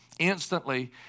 instantly